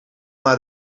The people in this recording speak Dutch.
naar